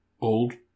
old